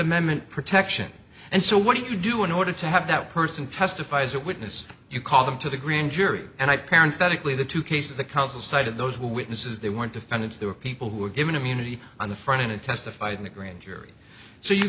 amendment protection and so what do you do in order to have that person testify as a witness you call them to the grand jury and i parent that equally the two cases the counsel cited those were witnesses they weren't defendants they were people who were given immunity on the front in and testified in the grand jury so you